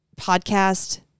podcast